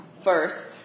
first